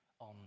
on